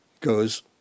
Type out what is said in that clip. goes